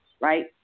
right